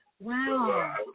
Wow